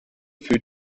für